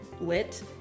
lit